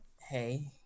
hey